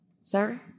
Sir